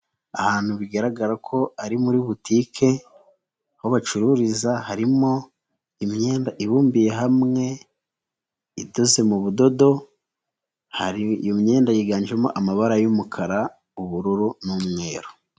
Ahantu bigaragara ko ari muri butike aho bacururiza harimo imyenda ibumbiye hamwe idose mu budodo hari iyo myenda yiganjemo amabara y'umukara ubururu n'umweru.